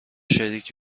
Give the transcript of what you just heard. شریک